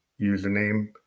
username